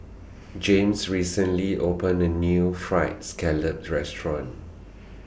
James recently opened A New Fried Scallop Restaurant